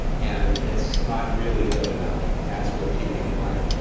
and it's not really good enough, and that's worth keeping in mind.